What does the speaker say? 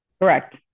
Correct